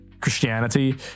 Christianity